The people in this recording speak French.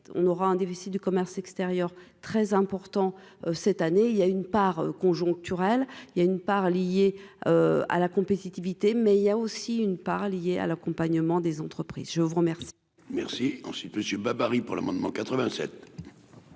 on aura un déficit du commerce extérieur très important cette année, il y a une part conjoncturelle il y a une part liée à la compétitivité, mais il y a aussi une part liée à l'accompagnement des entreprises, je vous remercie. Merci ensuite monsieur Babary pour l'amendement 87.